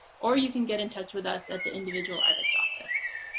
or you can get in touch with us at the individual artist office.